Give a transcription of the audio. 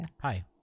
Hi